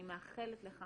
אני מאחלת לך